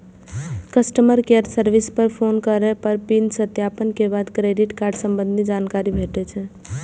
customer care service पर phone करै सं पिन सत्यापन के बाद क्रेडिट कार्ड संबंधी जानकारी भेटै छै